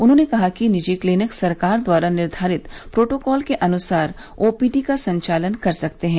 उन्होंने कहा कि निजी क्लीनिक सरकार द्वारा निर्वारित प्रोटोकॉल के अनुसार ओपीडी का संचालन कर सकते हैं